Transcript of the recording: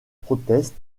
proteste